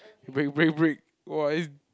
break break break !wah! is